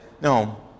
No